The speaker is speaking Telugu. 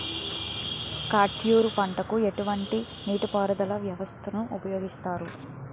కాంటూరు పంటకు ఎటువంటి నీటిపారుదల వ్యవస్థను ఉపయోగిస్తారు?